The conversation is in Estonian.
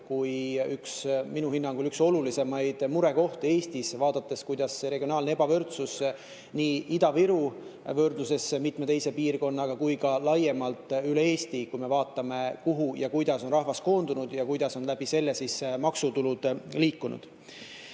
on minu hinnangul üks olulisimaid murekohti Eestis, vaadates, kuidas regionaalne ebavõrdsus [avaldub] nii Ida-Viru võrdluses mitme teise piirkonnaga kui ka laiemalt üle Eesti, kui vaatame, kuhu ja kuidas on rahvas koondunud ja kuidas on maksutulud liikunud.